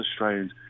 Australians